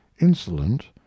insolent